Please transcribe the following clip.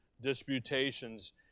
disputations